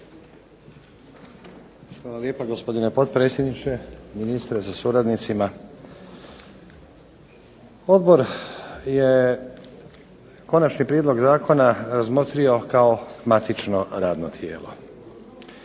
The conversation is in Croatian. Hvala lijepa gospodine potpredsjedniče, ministre sa suradnicima. Odbor je konačni prijedlog zakona razmotrio kao matično radno tijelo.